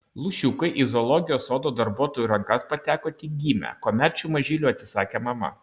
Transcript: lūšiukai į zoologijos sodo darbuotojų rankas pateko tik gimę kuomet šių mažylių atsisakė mama